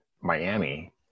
Miami